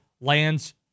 lands